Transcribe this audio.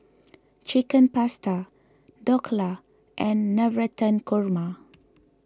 Chicken Pasta Dhokla and Navratan Korma